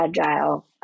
agile